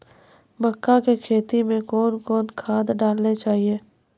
मक्का के खेती मे कौन कौन खाद डालने चाहिए?